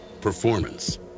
performance